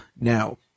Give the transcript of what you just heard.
now